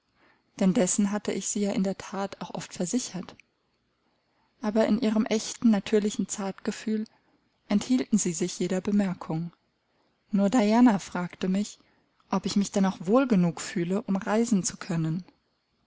denn dessen hatte ich sie ja in der that auch oft versichert aber in ihrem echten natürlichen zartgefühl enthielten sie sich jeder bemerkung nur diana fragte mich ob ich mich denn auch wohl genug fühle um reisen zu können